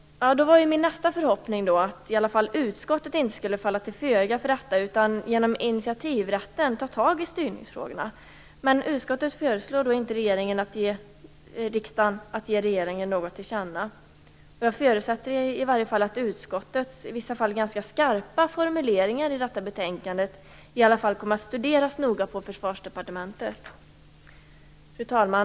Då var min nästa förhoppning att utskottet i alla fall inte skulle falla till föga för detta utan genom initiativrätten ta tag i styrningsfrågorna. Men utskottet föreslår inte riksdagen att ge regeringen något till känna. Jag förutsätter dock att utskottets i vissa fall ganska skarpa formuleringar i detta betänkande kommer att studeras noga på Försvarsdepartementet. Fru talman!